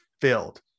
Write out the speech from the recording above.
filled